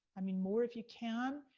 i mean more, if you can,